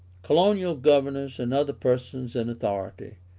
colonial governors and other persons in authority,